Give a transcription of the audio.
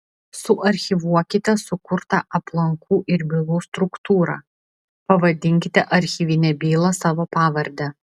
suarchyvuokite sukurtą aplankų ir bylų struktūrą pavadinkite archyvinę bylą savo pavarde